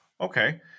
Okay